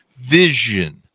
vision